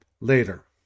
later